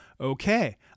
okay